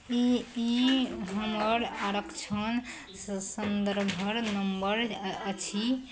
ई ई हमर आरक्षणसे सन्दर्भ नम्बर अछि